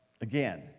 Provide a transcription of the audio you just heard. again